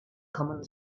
kommen